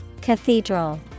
Cathedral